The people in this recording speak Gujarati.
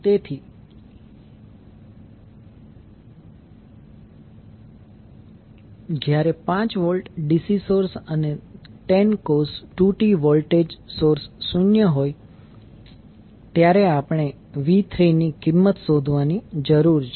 તેથી જ્યારે 5V DC સોર્સ અને 10 cos 2t વોલ્ટેજ સોર્સ શૂન્ય હોય ત્યારે આપણે v3ની કિંમત શોધવાની જરૂર છે